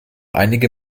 einige